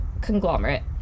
conglomerate